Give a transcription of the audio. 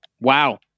Wow